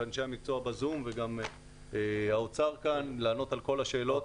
אנשי המקצוע ב-זום וגם האוצר כאן לענות על כל השאלות.